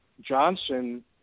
Johnson